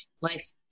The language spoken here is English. life